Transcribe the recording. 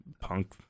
Punk